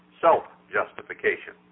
self-justification